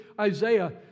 Isaiah